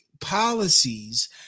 policies